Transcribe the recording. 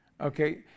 okay